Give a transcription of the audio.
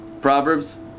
Proverbs